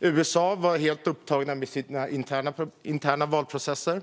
USA var helt upptaget med sina interna valprocesser.